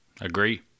Agree